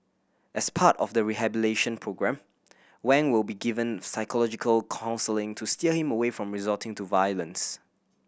as part of the rehabilitation programme Wang will be given psychological counselling to steer him away from resorting to violence